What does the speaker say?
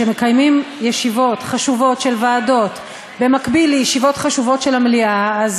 שמקיימים ישיבות חשובות של ועדות במקביל לישיבות חשובות של המליאה.